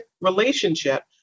relationship